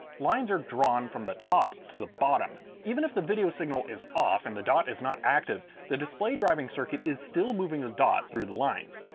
lines are drawn from the top to the bottom. even if the video signal is off and the dot is not active the display driving circuit is still moving the ah dot through the lines.